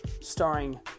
starring